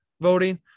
voting